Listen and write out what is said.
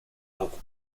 beaucoup